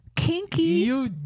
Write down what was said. kinky